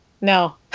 no